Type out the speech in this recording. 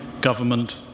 government